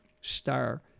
star